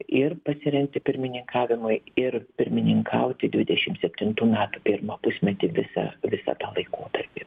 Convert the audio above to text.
ir pasirengti pirmininkavimui ir pirmininkauti dvidešim septintų metų pirmą pusmetį visą visą tą laikotarpį